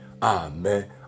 Amen